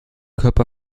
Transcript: körper